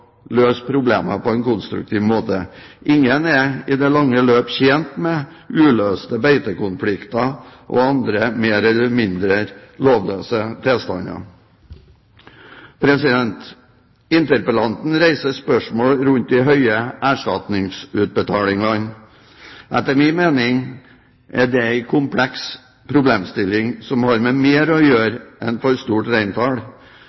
løse problemet på en konstruktiv måte. Ingen er i det lange løp tjent med uløste beitekonflikter og andre mer eller mindre lovløse tilstander. Interpellanten reiser spørsmål rundt de høye erstatningsutbetalingene. Etter min mening er dette en kompleks problemstilling som har med mer enn for stort reintall å